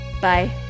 bye